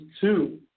two